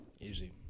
easy